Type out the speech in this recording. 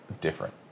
different